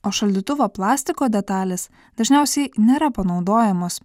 o šaldytuvo plastiko detalės dažniausiai nėra panaudojamos